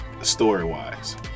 story-wise